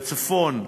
בצפון,